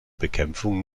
bekämpfung